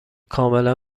کاملا